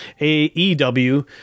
A-E-W